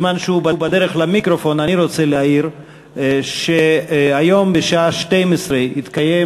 בזמן שהוא בדרך למיקרופון אני רוצה להעיר שהיום בשעה 12:00 יתקיים